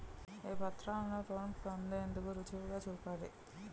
ఏ పత్రాలను లోన్ పొందేందుకు రుజువుగా చూపాలి?